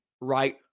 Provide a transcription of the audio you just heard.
right